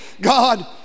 God